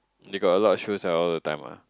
they got a lot of shows ah all the time ah